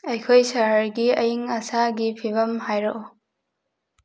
ꯑꯩꯈꯣꯏ ꯁꯍꯔꯒꯤ ꯑꯌꯤꯡ ꯑꯁꯥꯒꯤ ꯐꯤꯕꯝ ꯍꯥꯏꯔꯛꯎ